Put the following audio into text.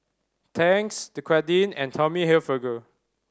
Tangs Dequadin and Tommy Hilfiger